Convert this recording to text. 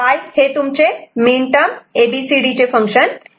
तर हे Y आणि हे Y' असे असेल